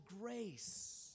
grace